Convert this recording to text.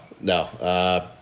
no